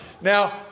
Now